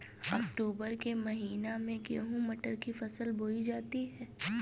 अक्टूबर के महीना में गेहूँ मटर की फसल बोई जाती है